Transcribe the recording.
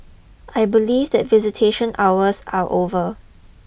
I believe that visitation hours are over